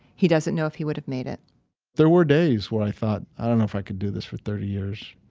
he doesn't know if he would've made it there were days where i thought, i don't know if i can do this for thirty years.